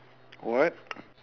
what